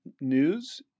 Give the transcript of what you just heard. news